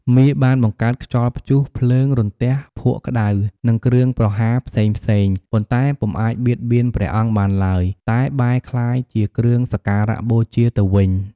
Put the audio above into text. មារបានបង្កើតខ្យល់ព្យុះ ភ្លើង រន្ទះ ភក់ក្តៅ និងគ្រឿងប្រហារផ្សេងៗ ប៉ុន្តែពុំអាចបៀតបៀនព្រះអង្គបានឡើយ តែបែរក្លាយជាគ្រឿងសក្ការបូជាទៅវិញ។